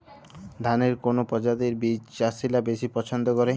ধানের কোন প্রজাতির বীজ চাষীরা বেশি পচ্ছন্দ করে?